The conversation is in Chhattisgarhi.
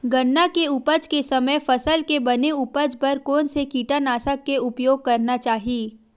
गन्ना के उपज के समय फसल के बने उपज बर कोन से कीटनाशक के उपयोग करना चाहि?